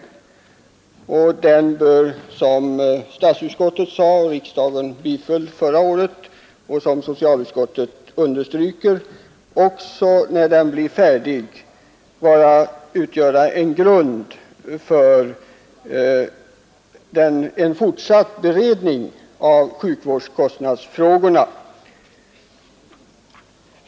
Den bör, som statsutskottet sade med bifall av riksdagen förra året och som socialutskottet nu understryker, när den blir färdig utgöra en grund för en fortsatt beredning av socialvårdskostnadsfrågorna.